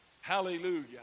Hallelujah